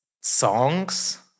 songs